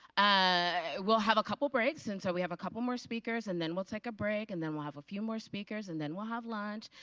we'll have a couple breaks. and so we have a couple more speakers and then we'll take a break. and then we'll have a few more speakers and then we'll have lunch.